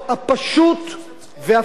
ואפילו אני אגיד, התמים הזה,